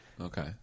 Okay